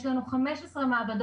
יש לנו 15 מעבדות